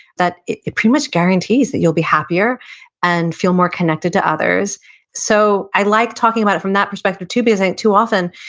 that it it pretty much guarantees that you'll be happier and feel more connected to others so, i like talking about it from that perspective too, because and too often,